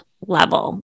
level